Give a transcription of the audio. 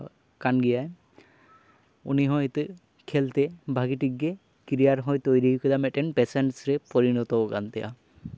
ᱠᱟᱱ ᱜᱮᱭᱟᱭ ᱩᱱᱤ ᱦᱚᱸ ᱱᱤᱛᱚᱜ ᱠᱷᱮᱞᱛᱮ ᱵᱷᱟᱹᱜᱤ ᱴᱷᱤᱠ ᱜᱮ ᱠᱮᱨᱤᱭᱟᱨ ᱦᱚᱸᱭ ᱛᱳᱭᱨᱤ ᱟᱠᱟᱫᱟ ᱢᱤᱫᱴᱮᱱ ᱯᱮᱥᱮᱱᱥ ᱨᱮ ᱯᱚᱨᱤᱱᱚᱛᱚ ᱠᱟᱱ ᱛᱟᱭᱟ